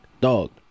Dog